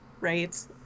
right